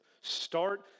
Start